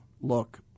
look